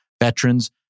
veterans